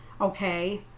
Okay